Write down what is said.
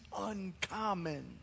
uncommon